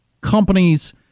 companies